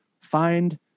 Find